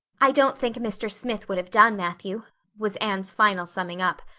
i don't think mr. smith would have done, matthew was anne's final summing up.